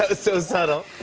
ah so subtle.